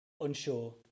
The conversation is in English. unsure